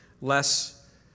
less